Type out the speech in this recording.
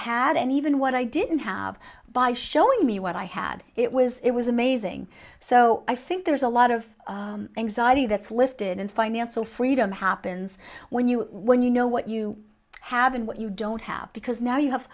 even what i didn't have by showing me what i had it was it was amazing so i think there's a lot of anxiety that's lifted and financial freedom happens when you when you know what you have and what you don't have because now you have